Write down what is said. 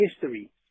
history